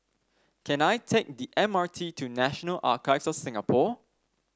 can I take the M R T to National of Singapore